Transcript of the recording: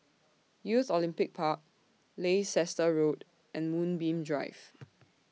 Youth Olympic Park Leicester Road and Moonbeam Drive